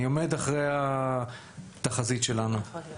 אני עומד אחרי התחזית שלנו.